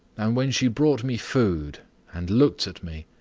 and when she brought me food and looked at me,